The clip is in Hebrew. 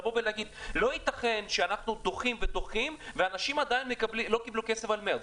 לבוא ולהגיד שלא יתכן שאנחנו דוחים ודוחים ואנשים לא קיבלו כסף על מרץ.